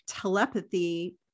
telepathy